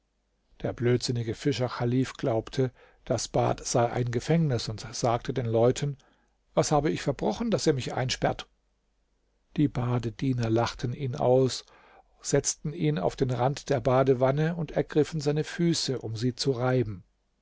der blödsinnige fischer chalif glaubte das bad sei ein gefängnis und sagte den leuten was habe ich verbrochen daß ihr mich einsperrt die badediener lachten ihn aus setzten ihn auf den rand der badewanne und ergriffen seine füße um sie zu reiben